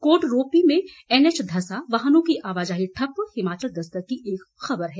कोटरोपी में एनएच धंसा वाहनों की आवाजाही ठप्प हिमाचल दस्तक की एक खबर है